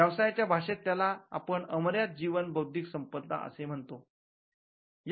व्यवसायाच्या भाषेत त्याला आपण अमर्यादा जीवन बौद्धिक संपदा असे म्हणतो